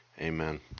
Amen